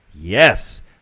Yes